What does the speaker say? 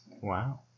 Wow